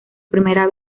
primera